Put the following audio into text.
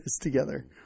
together